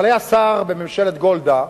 אבל היה שר בממשלת גולדה,